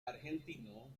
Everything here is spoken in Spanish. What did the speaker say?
argentino